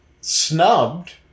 snubbed